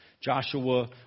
Joshua